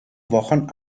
wochen